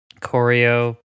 Choreo